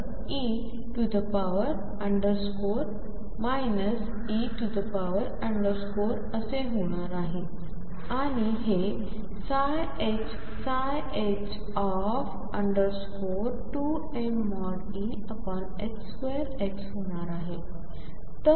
तर हेe e असे होणार आहे आणि हे sinh 2mE2x होणार आहे